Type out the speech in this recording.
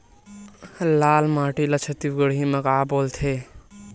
लाल माटी ला छत्तीसगढ़ी मा का बोलथे?